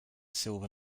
silver